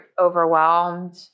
overwhelmed